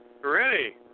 ready